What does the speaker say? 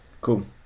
cool